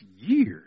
years